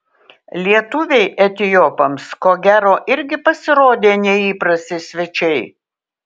lietuviai etiopams ko gero irgi pasirodė neįprasti svečiai